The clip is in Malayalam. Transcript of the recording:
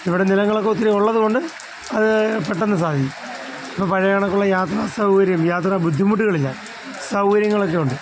ഇവിടെ നിലങ്ങളൊക്കെ ഒത്തിരി ഉള്ളതുകൊണ്ട് അത് പെട്ടെന്ന് സാധിക്കും ഇപ്പം പഴയ കണക്കുള്ള യാത്ര സൗകര്യം യാത്ര ബുദ്ധിമുട്ടുകളില്ല സൗകര്യങ്ങളൊക്കെയുണ്ട്